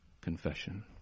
confession